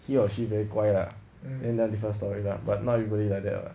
he or she very 乖 lah and then different story lah but now everybody like that [what]